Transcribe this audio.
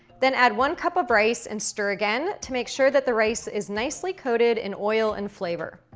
then add one cup of rice and stir again to make sure that the rice is nicely coated in oil and flavor.